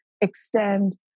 extend